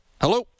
Hello